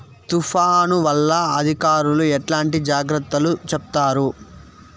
తుఫాను వల్ల అధికారులు ఎట్లాంటి జాగ్రత్తలు చెప్తారు?